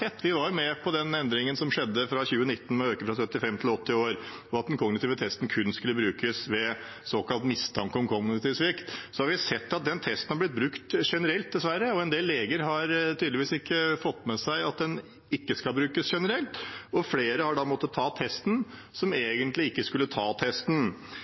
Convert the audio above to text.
var jo med på den endringen som skjedde fra 2019, med å øke fra 75 til 80 år og at den kognitive testen kun skulle brukes ved såkalt mistanke om kognitiv svikt. Så har vi sett at den testen har blitt brukt generelt, dessverre. En del leger har tydeligvis ikke fått med seg at testen ikke skal brukes generelt, og flere som ikke skulle ta testen, har da måttet ta